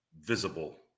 visible